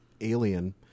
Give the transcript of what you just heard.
alien